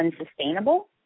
unsustainable